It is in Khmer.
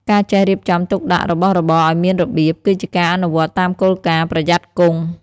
ការចេះរៀបចំទុកដាក់របស់របរឱ្យមានរបៀប គឺជាការអនុវត្តតាមគោលការណ៍ «ប្រយ័ត្នគង់»។